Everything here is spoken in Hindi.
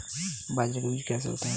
बाजरे के बीज कैसे होते हैं?